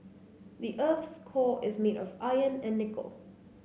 the earth's core is made of iron and nickel